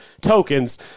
tokens